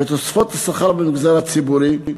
ותוספות השכר במגזר הציבורי.